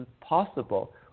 possible